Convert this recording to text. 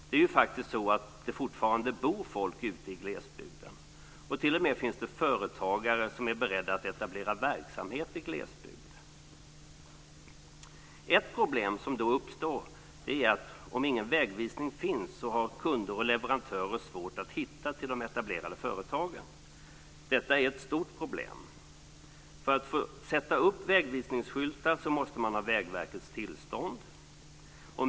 Det är ju faktiskt så att det fortfarande bor folk ute i glesbygden, och det finns t.o.m. företagare som är beredda att etablera verksamhet i glesbygden. Ett problem som då uppstår är att om ingen vägvisning finns så har kunder och leverantörer svårt att hitta till de etablerade företagen. Detta är ett stort problem. För att få sätta upp vägvisningsskyltar måste man ha Vägverkets tillstånd.